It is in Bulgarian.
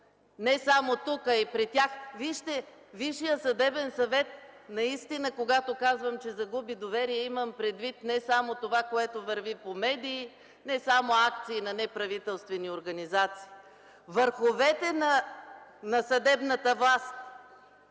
не само тук, а и при тях. Вижте, когато казвам, че Висшият съдебен съвет наистина загуби доверие, имам предвид не само това, което върви по медии, не само акции на неправителствени организации. Върховете на съдебната власт